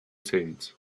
tent